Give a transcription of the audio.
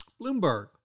Bloomberg